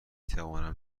توانم